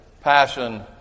passion